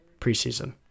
preseason